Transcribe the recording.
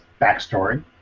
backstory